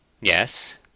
Yes